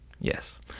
Yes